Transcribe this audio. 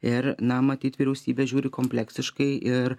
ir na matyt vyriausybė žiūri kompleksiškai ir